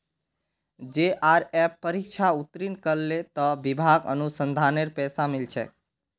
JRF परीक्षा उत्तीर्ण करले त विभाक अनुसंधानेर पैसा मिल छेक